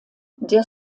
der